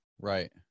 Right